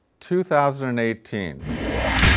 2018